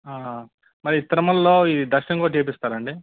మరి తిరుమలలో ఈ దర్శనం కూడా చేయిస్తారండి